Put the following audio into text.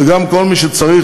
וגם כל מי שצריך,